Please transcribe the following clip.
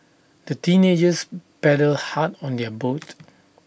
the teenagers paddled hard on their boat